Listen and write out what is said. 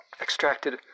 extracted